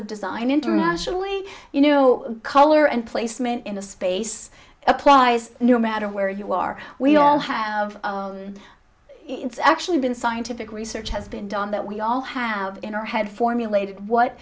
of design internationally you know color and placement in the space applies no matter where you are we all have it's actually been scientific research has been done that we all have in our head formulated what